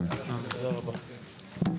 הישיבה ננעלה בשעה 11:32.